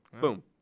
Boom